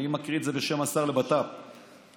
אני מקריא את זה בשם השר לביטחון פנים,